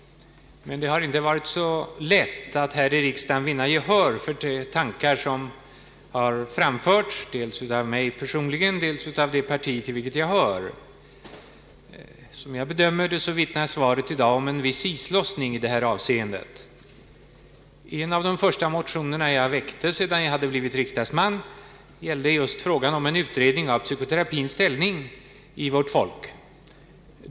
Men det har inte varit så lätt att här i riksdagen vinna gehör för tankar som framförts, dels av mig personligen, dels av det parti till vilket jag hör. Som jag bedömer det vittnar statsrådets svar i dag om en viss islossning i detta avsende. En av de första motioner jag väckte sedan jag blivit riksdagsman gällde just frågan om en utredning av psykoterapins ställning i vårt folk.